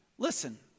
Listen